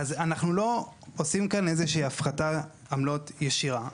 אז אנחנו לא עושים כאן איזה שהיא הפחתת עמלות ישירה.